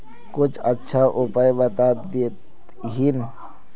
कुछ अच्छा उपाय बता देतहिन?